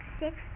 six